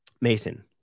Mason